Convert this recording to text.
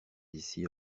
ici